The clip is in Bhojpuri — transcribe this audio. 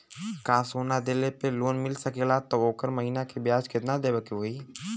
का सोना देले पे लोन मिल सकेला त ओकर महीना के ब्याज कितनादेवे के होई?